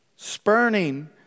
spurning